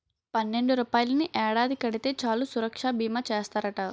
పన్నెండు రూపాయలని ఏడాది కడితే చాలు సురక్షా బీమా చేస్తారట